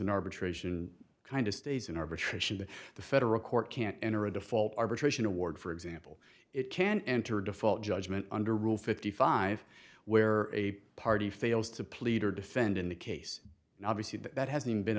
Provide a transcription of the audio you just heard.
in arbitration kind of stays in arbitration the federal court can't enter a default arbitration award for example it can enter a default judgment under rule fifty five where a party fails to plead or defend in the case obviously that has even been